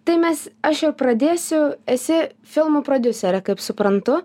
tai mes aš jau pradėsiu esi filmų prodiuserė kaip suprantu